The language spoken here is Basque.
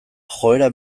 joera